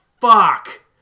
fuck